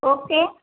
okay